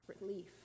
relief